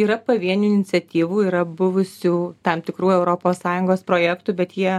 yra pavienių iniciatyvų yra buvusių tam tikrų europos sąjungos projektų bet jie